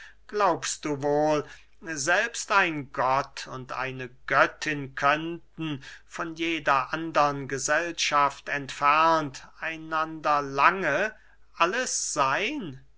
glaubst du wohl selbst ein gott und eine göttin könnten von jeder andern gesellschaft entfernt einander lange alles seyn